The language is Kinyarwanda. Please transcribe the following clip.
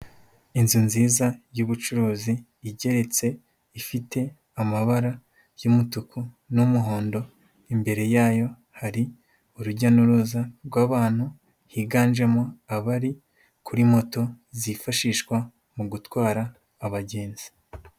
Inzu nziza y'ubucuruzi, igeretse, ifite amabara y'umutuku n'umuhondo, imbere yayo, hari urujya n'uruza rw'abantu higanjemo abari kuri moto, zifashishwa mu gutwara abagenzi.